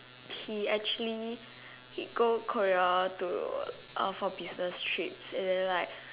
he actually go Korea to uh for business trips and then like